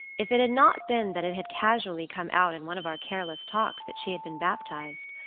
if it had not been that it had casually come out in one of our careless talks that she had been baptised,